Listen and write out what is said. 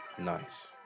Nice